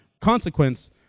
consequence